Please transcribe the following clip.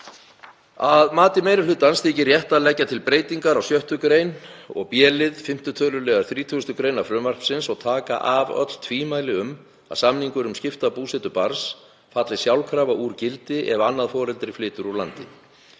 Að mati meiri hlutans þykir rétt að leggja til breytingar á 6. gr. og b-lið 5. tölul. 30. gr. frumvarpsins og taka af öll tvímæli um að samningur um skipta búsetu barns falli sjálfkrafa úr gildi ef annað foreldri flytur úr landi.